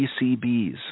PCBs